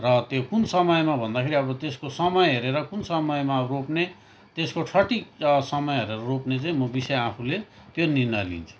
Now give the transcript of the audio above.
र त्यो कुन समयमा भन्दाखेरि अब त्यसको समय हेरेर कुन समयमा अब रोप्ने त्यसको सठिक समय हेरेर रोप्ने चाहिँ म विषय आफूले त्यो निर्णय लिन्छु